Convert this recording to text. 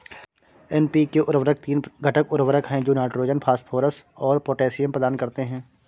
NPK उर्वरक तीन घटक उर्वरक हैं जो नाइट्रोजन, फास्फोरस और पोटेशियम प्रदान करते हैं